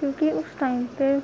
کیونکہ اس ٹائم پہ